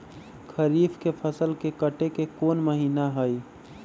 खरीफ के फसल के कटे के कोंन महिना हई?